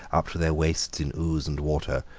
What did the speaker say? up to their waists in ooze and water,